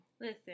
Listen